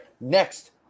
next